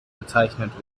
bezeichnet